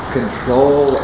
control